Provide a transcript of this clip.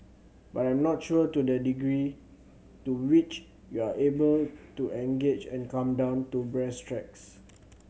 but I am not sure to the degree to which you are able to engage and come down to brass tacks